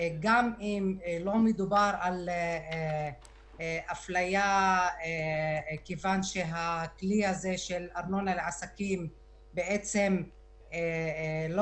גם אם לא מדובר על אפליה מכיוון שהכלי הזה של ארנונה לעסקים בעצם לא